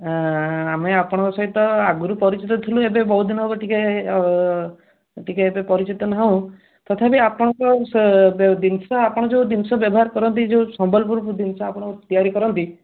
ଆମେ ଆପଣଙ୍କ ସହିତ ଆଗରୁ ପରିଚିତ ଥିଲୁ ଏବେ ବହୁତ ଦିନ ହେବ ଟିକିଏ ଟିକିଏ ଏବେ ପରିଚିତ ନାହୁଁ ତଥାପି ଆପଣଙ୍କ ଜିନଷ ଆପଣ ଯେଉଁ ଜିନଷ ବ୍ୟବହାର କରନ୍ତି ଯେଉଁ ସମ୍ବଲପୁରୀ ଜିନିଷ ଆପଣ ତିଆରି କରନ୍ତି